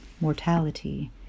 Mortality